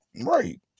right